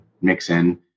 mix-in